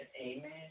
Amen